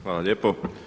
Hvala lijepa.